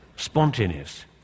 spontaneous